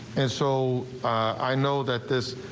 and so i know that this.